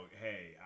hey